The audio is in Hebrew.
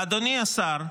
ואדוני השר,